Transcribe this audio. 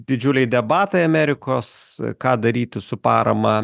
didžiuliai debatai amerikos ką daryti su parama